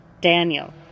Daniel